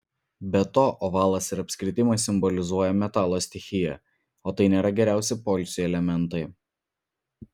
be to ovalas ir apskritimas simbolizuoja metalo stichiją o tai nėra geriausi poilsiui elementai